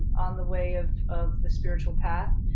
on the way of of the spiritual path,